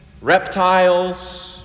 reptiles